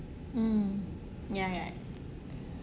mm ya ya